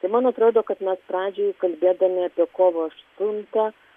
tai man atrodo kad mes pradžioj kalbėdami apie kovos aštuntą